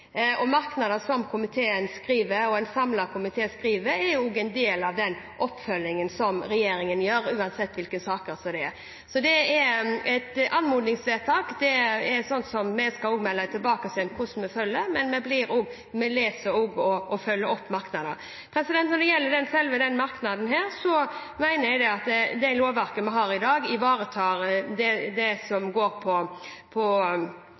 og merknader som en samlet komité skriver, er også en del av den oppfølgingen som regjeringen gjør, uansett hvilke saker det er. Et anmodningsvedtak skal vi melde tilbake hvordan vi følger, men vi leser også og følger opp merknader. Når det gjelder denne merknaden, mener jeg at det lovverket vi har i dag, ivaretar det som går på